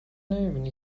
نمیبینی